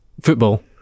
football